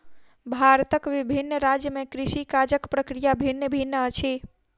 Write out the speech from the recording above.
भारतक विभिन्न राज्य में कृषि काजक प्रक्रिया भिन्न भिन्न अछि